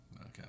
Okay